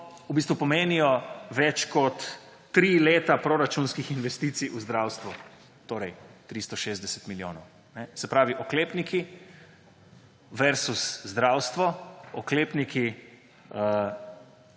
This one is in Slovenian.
v bistvu pomenijo več kot 3 leta proračunskih investicij v zdravstvu, torej 360 milijonov. Se pravi oklepniki vs. zdravstvo, oklepniki